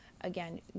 again